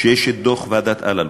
שיש דוח ועדת אלאלוף.